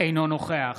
אינו נוכח